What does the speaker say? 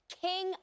king